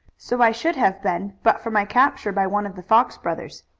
so i should have been, but for my capture by one of the fox brothers.